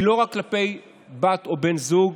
היא לא רק כלפי בת או בן זוג,